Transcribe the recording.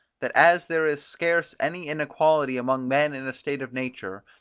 that as there is scarce any inequality among men in a state of nature,